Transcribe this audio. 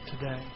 today